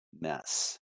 mess